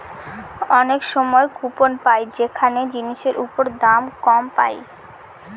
অনেক সময় কুপন পাই যেখানে জিনিসের ওপর দাম কম পায়